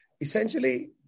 essentially